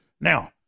Now